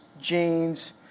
jeans